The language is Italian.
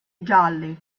gialli